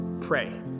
pray